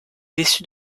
dessus